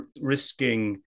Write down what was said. risking